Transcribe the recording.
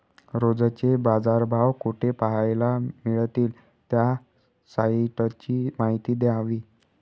रोजचे बाजारभाव कोठे पहायला मिळतील? त्या साईटची माहिती द्यावी